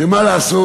שמה לעשות,